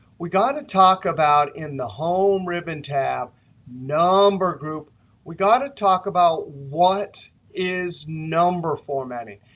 we've got to talk about in the home ribbon tab number group we've got to talk about what is number formatting?